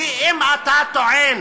כי אם אתה טוען